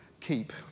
keep